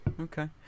Okay